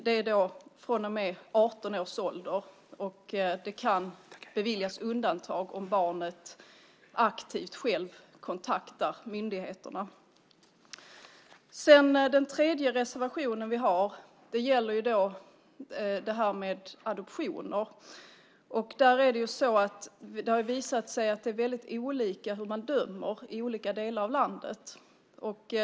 Det kan beviljas undantag om barnet självt aktivt kontaktar myndigheterna. Den tredje reservationen vi har gäller adoptioner. Det har visat sig att man dömer mycket olika i olika delar av landet.